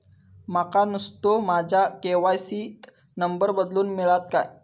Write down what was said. माका नुस्तो माझ्या के.वाय.सी त नंबर बदलून मिलात काय?